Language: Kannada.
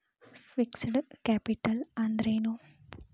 ಫಿಕ್ಸ್ಡ್ ಕ್ಯಾಪಿಟಲ್ ಅಂದ್ರೇನು?